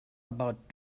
about